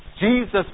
Jesus